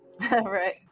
Right